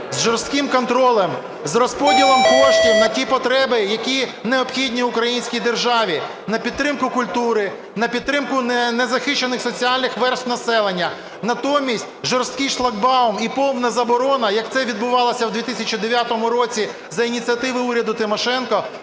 з жорстким контролем, з розподілом коштів на ті потреби, які необхідні українській державі, на підтримку культури, на підтримку незахищених соціальних верств населення. Натомість жорсткий шлагбаум і повна і заборона, як це відбувалося в 2009 році за ініціативи уряду Тимошенко,